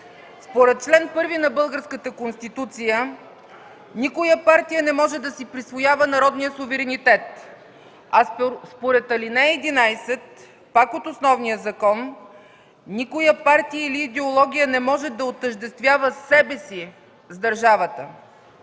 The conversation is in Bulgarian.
Според член първи на българската Конституция никоя партия не може да си присвоява народния суверенитет. А според алинея 11, пак от основния закон, никоя партия или идеология не може да отъждествява себе си с държавата.